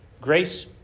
Grace